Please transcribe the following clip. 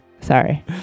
Sorry